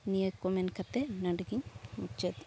ᱱᱤᱭᱟᱹ ᱠᱚ ᱢᱮᱱ ᱠᱟᱛᱮᱫ ᱱᱚᱰᱮ ᱜᱤᱧ ᱢᱩᱪᱟᱹᱫᱮᱜᱼᱟ